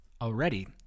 Already